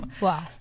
Wow